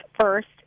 First